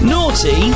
Naughty